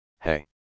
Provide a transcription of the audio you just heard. hey